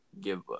give